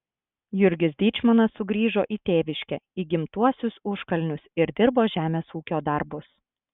jurgis dyčmonas sugrįžo į tėviškę į gimtuosius užkalnius ir dirbo žemės ūkio darbus